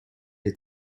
les